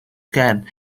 can